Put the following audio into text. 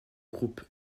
groupe